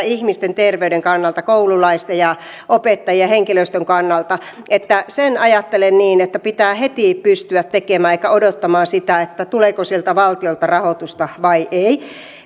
ihmisten terveyden kannalta koululaisten ja opettajien ja henkilöstön kannalta siitä ajattelen niin että pitää heti pystyä tekemään eikä odottamaan sitä tuleeko sieltä valtiolta rahoitusta vai ei